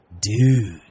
Dude